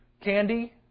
candy